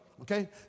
okay